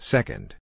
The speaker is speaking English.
Second